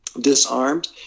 disarmed